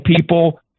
people